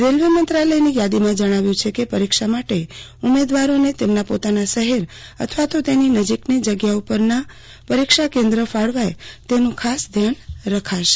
railway મંત્રાલયની યાદીમાં જણાવ્યું છે કે પરીક્ષા માટે ઉમેદવારોને તેમના પોતાના શહેર અથવા તો તેની નજીકની જગ્યાઓ પરના પરીક્ષા કેન્દ્રો ફાળવાય તેનું ખાસ ધ્યાન રખાશે